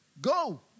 go